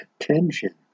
attention